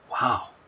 Wow